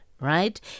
right